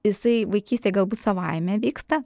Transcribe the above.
jisai vaikystėj gal bus savaime vyksta